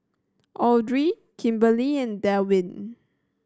Audry Kimberli and Delwin